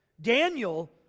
Daniel